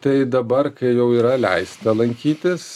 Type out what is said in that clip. tai dabar kai jau yra leista lankytis